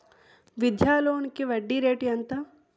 విద్యా లోనికి వడ్డీ రేటు ఎంత?